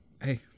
hey